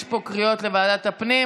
יש פה קריאות לוועדת הפנים,